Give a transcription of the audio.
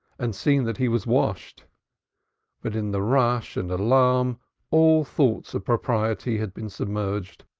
and seen that he was washed but in the rush and alarm all thoughts of propriety had been submerged.